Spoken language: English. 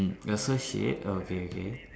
mm you're so shade okay okay